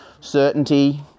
Certainty